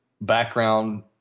background